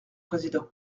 président